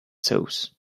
sauce